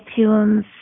iTunes